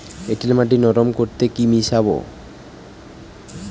এঁটেল মাটি নরম করতে কি মিশাব?